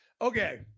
Okay